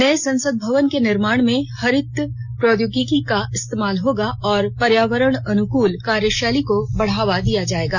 नए संसद भवन के निर्माण में हरित प्रौद्योगिकी का इस्तेमाल होगा और पर्यावरण अनुकूल कार्यशैली को बढ़ावा दिया जाएगा